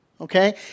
Okay